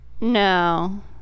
no